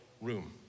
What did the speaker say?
room